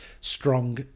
strong